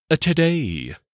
Today